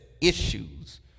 issues